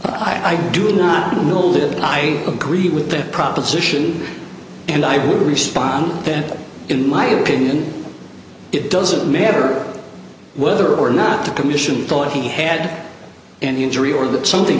i do not build it i agree with the proposition and i would respond that in my opinion it doesn't matter whether or not the commission thought he had an injury or that something